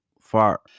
far